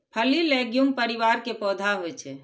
फली लैग्यूम परिवार के पौधा होइ छै